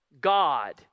God